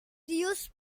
use